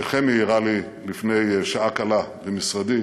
שחמי הראה לי לפני שעה קלה במשרדי,